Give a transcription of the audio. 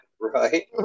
Right